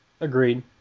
Agreed